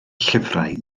llyfrau